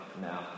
now